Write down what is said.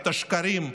את השקרים,